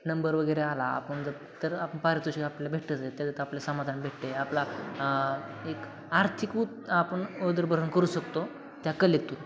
number वगैरे आला आपण जर तर आपण पारितोषिक आपल्याला भेटतेच आहे त्याच्यात आपल्या समाधान भेटते आपला एक आर्थिक उत्त आपण उदरभरण करू शकतो त्या कलेतून